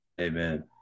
amen